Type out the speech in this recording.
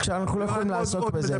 עכשיו אנחנו לא יכולים לעסוק בזה.